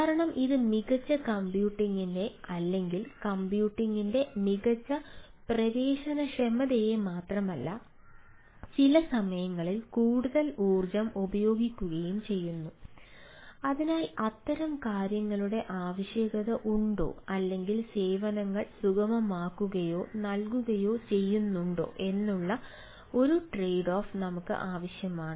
കാരണം ഇത് മികച്ച കമ്പ്യൂട്ടിംഗിനെ നമുക്ക് ആവശ്യമാണ്